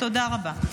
תודה רבה.